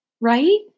right